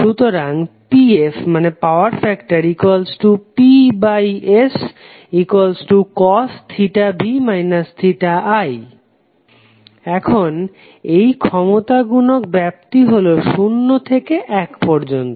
সুতরাং pfPSv i এখন এই ক্ষমতা গুনক ব্যাপ্তি হলো শূন্য থেকে এক পর্যন্ত